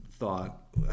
thought